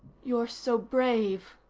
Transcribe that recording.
you're so brave,